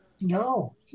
No